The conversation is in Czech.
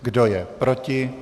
Kdo je proti?